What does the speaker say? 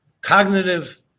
cognitive